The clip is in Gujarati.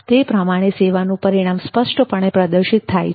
તે પ્રમાણે સેવાનું પરિણામ સ્પષ્ટપણે પ્રદર્શિત થાય છે